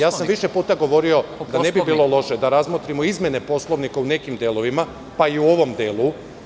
Više sam puta govorio da ne bi bilo loše da razmotrimo izmene Poslovnika u nekim delovima, pa i u ovom delu.